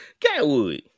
Catwood